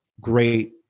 great